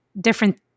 different